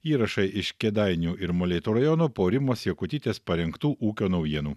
įrašai iš kėdainių ir molėtų rajono po rimos jakutytės parengtų ūkio naujienų